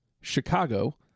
chicago